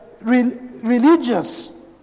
religious